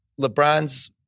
LeBron's